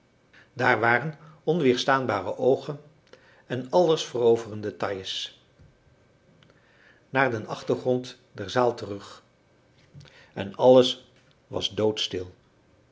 daar waren onweerstaanbare oogen en alles veroverende tailles naar den achtergrond der zaal terug en alles was doodstil